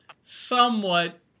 somewhat